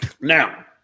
Now